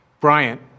Bryant